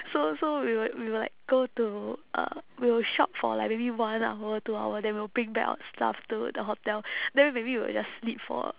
so so we will we will like go to uh we will shop for like maybe one hour two hour then we will bring back our stuff to the hotel then maybe we will just sleep for